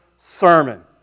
Sermon